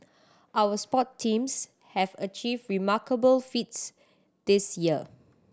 our sport teams have achieved remarkable feats this year